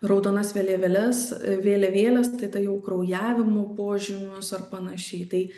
raudonas vėliavėles vėliavėles tada jau kraujavimo požymius ar panašiai tai